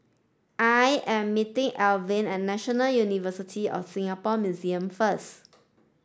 I am meeting Elvin at National University of Singapore Museum first